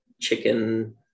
chicken